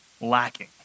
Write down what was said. lacking